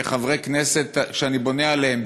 וחברי כנסת שאני בונה עליהם,